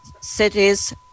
cities